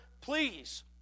Please